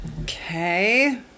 Okay